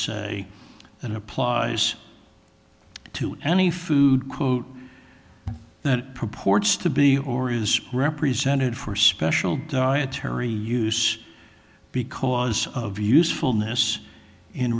say that applies to any food quote that purports to be or is represented for special dietary use because of usefulness in